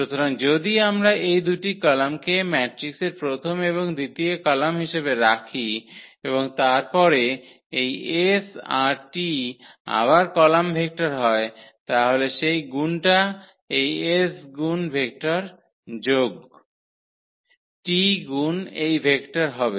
সুতরাং যদি আমরা এই দুটি কলামকে ম্যাট্রিক্সের প্রথম এবং দ্বিতীয় কলাম হিসাবে রাখি এবং তারপরে এই s আর t আবার কলাম ভেক্টর হয় তাহলে সেই গুনটা এই s গুন ভেক্টর যোগ t গুন এই ভেক্টর হবে